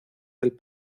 del